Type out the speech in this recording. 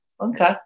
okay